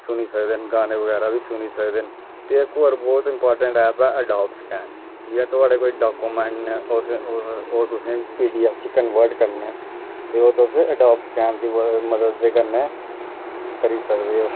सुनी सकदे न गाने बगैरा बी सुनी सकदे न इक होर इमपोटैंट ऐप ऐ एडोव सकैन जियां थुआड़े कोई डाकुमेंट ने ओह् तुसें गी पी डी एफ च कंवर्ट करने न ते ओह् तुस एडोब सकैन दी मदद दे कन्नै करी सकदे ओह्